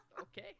Okay